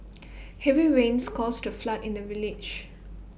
heavy rains caused A flood in the village